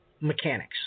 mechanics